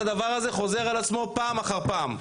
הדבר הזה חוזר על עצמו פעם אחר פעם,